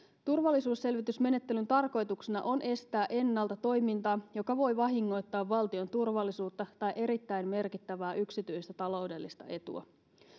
turvallisuusselvitysmenettelyn tarkoituksena on estää ennalta toimintaa joka voi vahingoittaa valtion turvallisuutta tai erittäin merkittävää yksityistä taloudellista etua